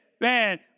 man